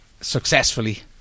successfully